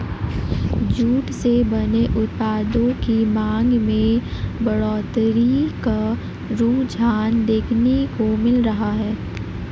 jute से बने उत्पादों की मांग में बढ़ोत्तरी का रुझान देखने को मिल रहा है